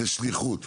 זאת שליחות,